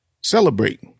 celebrate